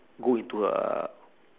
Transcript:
go into uh